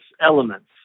elements